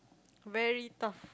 very tough